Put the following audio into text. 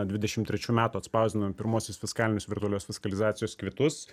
dvidešimt trečių metų atspausdinom pirmuosius fiskalinius virtualios specializacijos kvitus